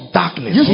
darkness